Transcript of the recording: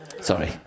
Sorry